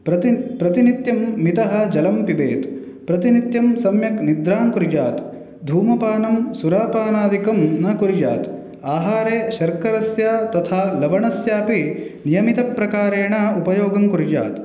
प्रति प्रतिनित्यं मितः जलं पिबेत् प्रतिनित्यं सम्यक् निद्रां कुर्यात् धूमपानं सुरापानादिकं न कुर्यात् आहारे शर्करस्य तथा लवणस्यापि नियमितप्रकारेण उपयोगं कुर्यात्